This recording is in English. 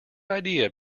idea